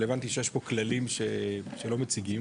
אבל הבנו שיש פה כללים שלא מציגים